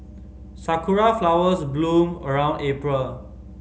sakura flowers bloom around April